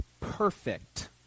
perfect